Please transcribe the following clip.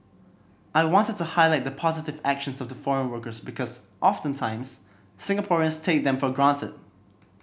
I wanted to highlight the positive actions of the foreign workers because often times Singaporeans take them for granted